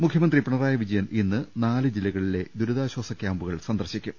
മുഖ്യമന്ത്രി പിണറായി വിജയൻ ഇന്ന് നാല് ജില്ലകളിലെ ദുരിതാശ്വാസ ക്യാമ്പുകൾ സന്ദർശിക്കും